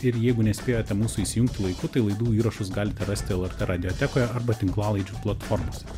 ir jeigu nespėjote mūsų įsijungti laiku tai laidų įrašus galite rasti lrt radiotekoje arba tinklalaidžių platformose